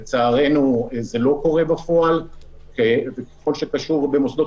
לצערנו זה לא קורה בפועל ובכל מה שקשור במוסדות